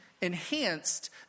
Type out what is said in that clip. enhanced